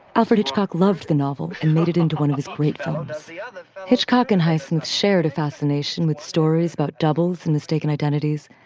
alfred hitchcock loved the novel and made it into one of his great film and so the other, hitchcock and hastings, shared a fascination with stories about doubles and mistaken identities.